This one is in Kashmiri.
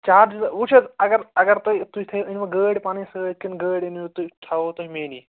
چار جہِ وٕچھ حظ اگر اگر تۄہہِ تُہۍ تھٲیِو أنِو گٲڑۍ پَنٕنۍ سۭتۍ کِنہٕ گٲڑۍ أنِو تُہۍ تھاوَو تۄہہِ میٛٲنی